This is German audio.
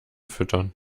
füttern